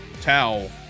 towel